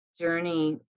journey